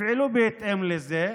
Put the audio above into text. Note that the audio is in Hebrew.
תפעלו בהתאם לזה.